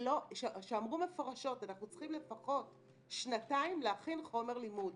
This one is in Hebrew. שאמרו מפורשות: אנחנו צריכות לפחות שנתיים להכין חומר לימוד.